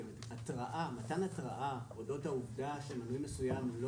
מתן התראה אודות העובדה שמנוי מסוים לא